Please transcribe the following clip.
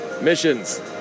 Missions